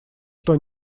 что